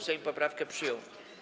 Sejm poprawkę przyjął.